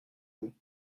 vous